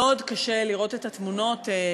מאוד קשה לראות את התמונות,